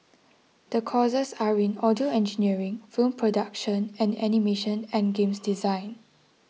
the courses are in audio engineering film production and animation and games design